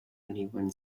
uneven